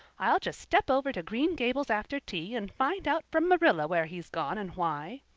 i'll just step over to green gables after tea and find out from marilla where he's gone and why,